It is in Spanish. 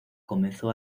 comenzó